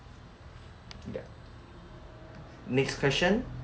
next question